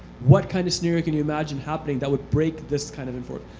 what kind of scenario can you imagine happening that would break this kind of enforcement?